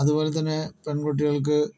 അതുപോലെ തന്നെ പെൺകുട്ടികൾക്ക്